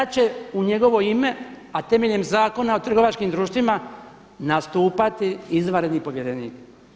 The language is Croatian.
Sad će u njegovo ime, a temeljem Zakona o trgovačkim društvima nastupati izvanredni povjerenik.